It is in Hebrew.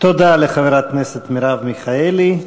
תודה לחברת הכנסת מרב מיכאלי.